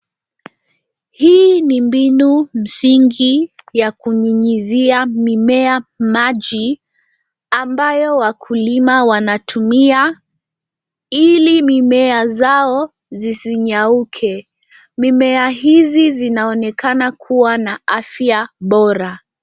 Hii ni mbinu msingi ya kunyunyizia mimea maji, ambayo wakulima wanatumia, ili mimea zao zisinyauke. Mimea hizi zinaonekana kuwa na afya bora.